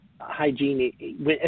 hygiene